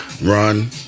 Run